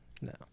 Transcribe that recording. No